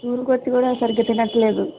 school కి వచ్చి కూడా సరిగ్గా తినట్లేదు